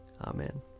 Amen